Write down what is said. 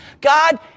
God